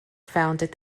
founded